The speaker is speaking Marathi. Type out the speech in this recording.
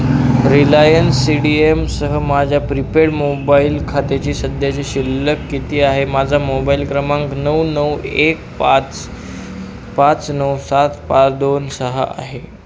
रिलायन्स सी डी एमसह माझ्या प्रिपेड मोबाईल खात्याची सध्याची शिल्लक किती आहे माझा मोबाईल क्रमांक नऊ नऊ एक पाच पाच नऊ सात पाच दोन सहा आहे